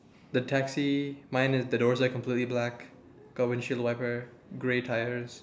the taxi mine is the doors are completely black got windshield wiper grey tyres